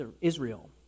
Israel